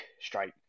strike